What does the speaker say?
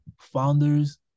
founders